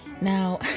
now